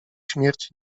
śmierć